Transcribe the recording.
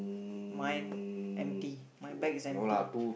mine empty my bag is empty